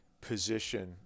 position